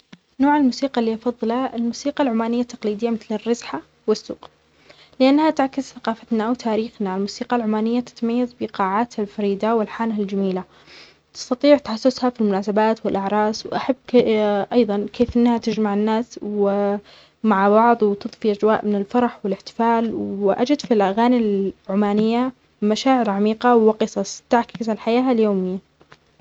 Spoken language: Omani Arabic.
نوع الموسيقى اللي افضلة، الموسيقى العمانية التقليدية مثل الرزحة والسوق. لأنها تعكس ثقافتنا وتاريخنا. الموسيقى العمانية تتميز باقاعتها الفريدة والحانها الجميلة. استطيع تحسسها في المناسبات والأعراس. وأحب ك-ا-أيضا كيف أنها تجمع الناس ومع بعض وتطفي اجواء من الفرح والاحتفال. وأجد في الأغاني العمانية مشاعر عميقة وقصص تعكس الحياة اليومية